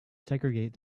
segregate